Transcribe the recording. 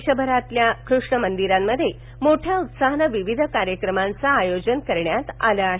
देशभरातील कृष्ण मंदिरांमध्ये मोठ्या उत्साहानं विविध कार्यक्रमांचं आयोजन करण्यात आलं आहे